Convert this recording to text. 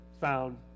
found